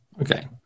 Okay